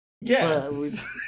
Yes